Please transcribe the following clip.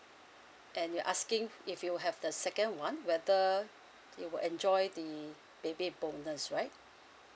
and you asking if you have the second one whether you will enjoy the baby bonus right